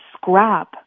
scrap